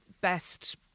best